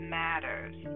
matters